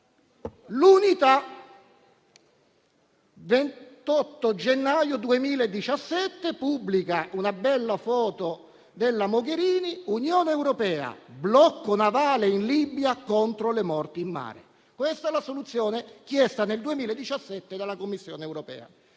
«l'Unità» del 28 gennaio 2017 pubblica una bella foto della Mogherini: «Unione Europea. Blocco navale in Libia contro le morti in mare». Questa è la soluzione chiesta nel 2017 dalla Commissione europea.